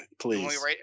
please